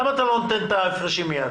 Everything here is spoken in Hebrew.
למה אתה לא נותן את ההפרשים מיד?